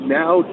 now